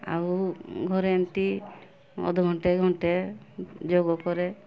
ଆଉ ଘରେ ଏମିତି ଅଧ ଘଣ୍ଟେ ଘଣ୍ଟେ ଯୋଗ କରେ